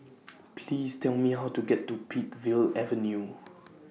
Please Tell Me How to get to Peakville Avenue